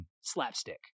slapstick